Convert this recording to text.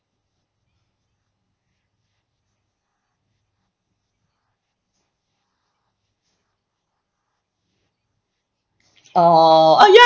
oh oh ya